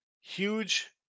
Huge